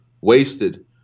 wasted